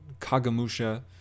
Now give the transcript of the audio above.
Kagamusha